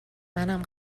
منم